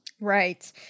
Right